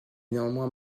néanmoins